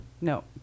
No